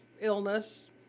illness